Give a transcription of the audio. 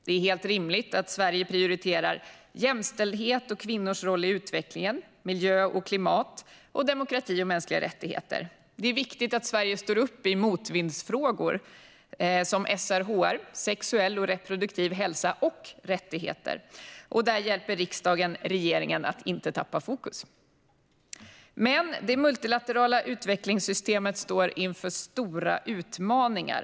Det är helt rimligt att Sverige prioriterar jämställdhet och kvinnors roll i utvecklingen, miljö och klimat samt demokrati och mänskliga rättigheter. Det är viktigt att Sverige står upp i motvindsfrågor, som SRHR, sexuell och reproduktiv hälsa och rättigheter. Där hjälper riksdagen regeringen att inte tappa fokus. Men det multilaterala utvecklingssystemet står inför stora utmaningar.